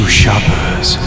shoppers